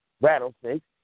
rattlesnakes